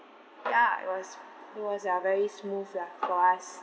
ya it was it was uh very smooth lah for us